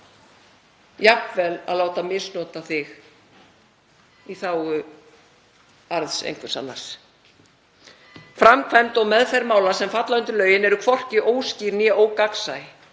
jafnvel að láta misnota þig í þágu arðs einhvers annars. Framkvæmd og meðferð mála sem falla undir lögin er hvorki óskýr né ógagnsæ